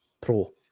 Pro